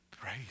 Praise